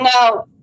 No